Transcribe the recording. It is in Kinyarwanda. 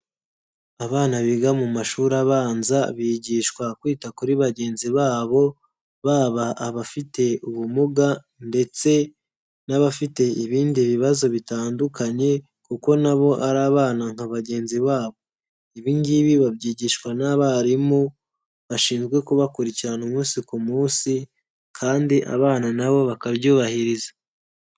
Abana biga mu mashuri abanza bigishwa kwita kuri bagenzi babo baba abafite ubumuga ndetse n'abafite ibindi bibazo bitandukanye kuko na bo ari abana nka bagenzi babo. Ibi ngibi babyigishwa n'abarimu bashinzwe kubakurikirana umunsi ku munsi kandi abana na bo bakabyubahiriza.